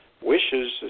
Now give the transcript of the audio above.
wishes